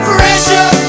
Pressure